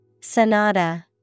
Sonata